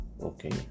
Okay